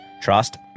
trust